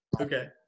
Okay